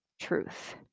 truth